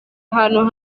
ahantu